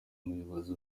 muyobozi